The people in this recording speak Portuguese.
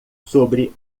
sobre